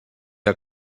are